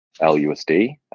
lusd